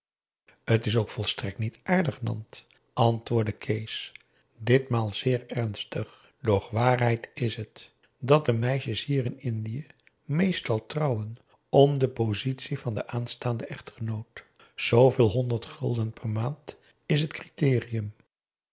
t is ook volstrekt niet aardig nant antwoordde kees ditmaal zeer ernstig doch waarheid is het dat de meisjes hier in indië meestal trouwen om de positie van den aanstaanden echtgenoot zveel honderd gulden per maand is het criterium